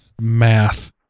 math